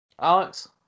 Alex